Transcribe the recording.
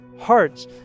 hearts